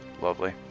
lovely